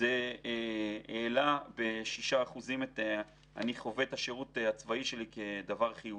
זה העלה ב-6% את מי שענה שהוא חווה את השירות הצבאי שלו כדבר חיובי.